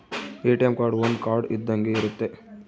ATM card ಒಂದ್ card ಇದ್ದಂಗೆ ಇರುತ್ತೆ